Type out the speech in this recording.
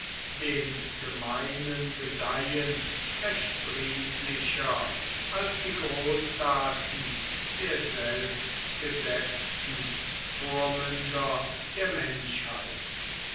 dem gemeinen gedeihen ersprießlicher als die großtaten der selbstgesetzten vormünder der menschheit